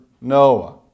Noah